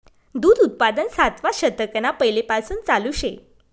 दूध उत्पादन सातवा शतकना पैलेपासून चालू शे